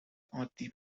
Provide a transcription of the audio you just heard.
عادی